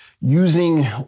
using